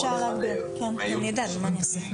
הרב פרוש היה עד לאחרונה סגן שר החינוך,